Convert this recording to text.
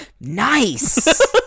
Nice